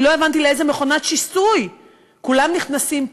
אני לא הבנתי לאיזו מכונת שיסוי כולם נכנסים פה.